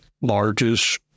largest